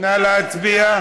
נא להצביע.